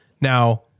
now